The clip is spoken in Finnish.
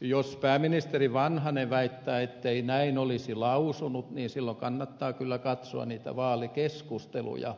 jos pääministeri vanhanen väittää ettei näin olisi lausunut niin silloin kannattaa kyllä katsoa niitä vaalikeskusteluja